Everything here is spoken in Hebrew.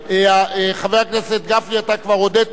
חבר הכנסת גפני, אתה כבר הודית לכל